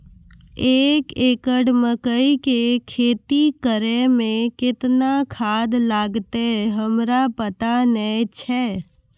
एक एकरऽ मकई के खेती करै मे केतना खाद लागतै हमरा पता नैय छै?